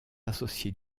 associée